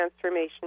Transformation